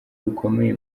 rukomeye